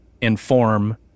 inform